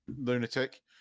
lunatic